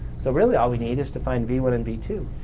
so really all we need is to find v one and v two.